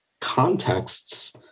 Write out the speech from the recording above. contexts